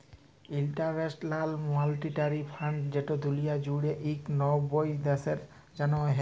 ইলটারল্যাশ লাল মালিটারি ফাল্ড যেট দুলিয়া জুইড়ে ইক শ নব্বইট দ্যাশের জ্যনহে হ্যয়